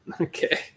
Okay